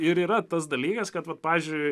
ir yra tas dalykas kad va pavyzdžiui